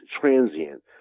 transient